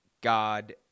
God